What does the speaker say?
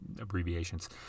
abbreviations